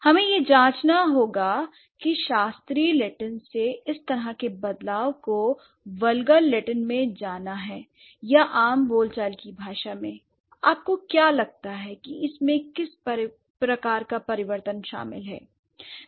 हमें यह जांचना होगा कि शास्त्रीय लैटिन से इस तरह के बदलाव को वल्गर लैटिन में जाना है या आम बोलचाल की भाषा में आपको क्या लगता है कि इसमें किस प्रकार का परिवर्तन शामिल हैं